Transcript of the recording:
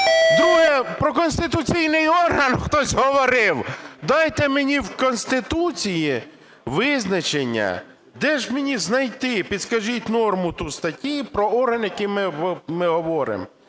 Друге. Про конституційний орган хтось говорив. Дайте мені в Конституції визначення, де ж мені знайти, підкажіть норму ту статті, про орган, який ми говоримо?